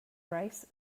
rice